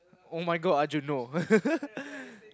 [oh]-my-god Arjun no